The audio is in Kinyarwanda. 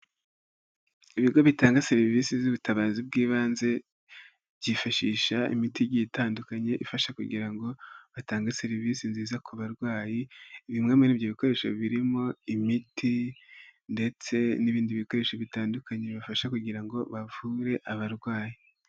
Ibigo bitanga serivisi z'ubutabazi bw'ibanze byifashisha imiti igiye itandukanye ifasha kugira ngo batange serivisi nziza ku barwayi, bimwe muri ibyo bikoresho birimo imiti ndetse n'ibindi bikoresho bitandukanye bibafasha kugira ngo bavure abarwayi.